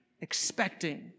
expecting